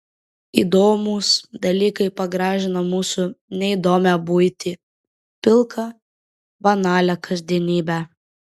įdomūs dalykai pagražina mūsų neįdomią buitį pilką banalią kasdienybę